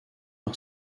par